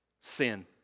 Sin